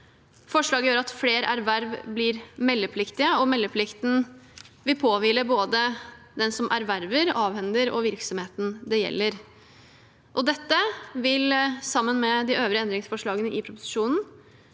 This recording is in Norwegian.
Forslaget gjør at flere erverv blir meldepliktige, og meldeplikten vil påhvile både den som erverver, avhender, og virksomheten det gjelder. Dette vil sammen med de øvrige endringsforslagene i proposisjonen